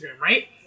right